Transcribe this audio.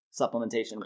supplementation